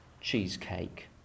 cheesecake